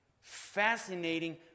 fascinating